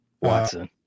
Watson